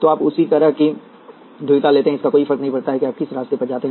तो आप उसी तरह की ध्रुवीयता लेते हैं इससे कोई फर्क नहीं पड़ता कि आप किस रास्ते पर जाते हैं